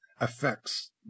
affects